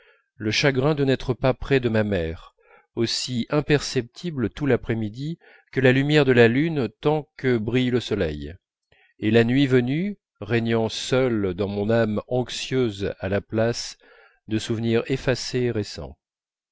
le chagrin de n'être pas près de ma mère aussi imperceptible tout l'après-midi que la lumière de la lune tant que brille le soleil et la nuit venue régnant seul dans mon âme anxieuse à la place de souvenirs effacés et récents